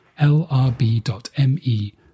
lrb.me